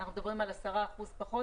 אנחנו מדברים על 10% פחות.